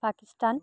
Pakistan